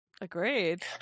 Agreed